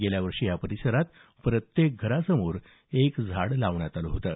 गेल्या वर्षी या परिसरात प्रत्येक घरासमोर एक झाड लावण्यात आलं होतं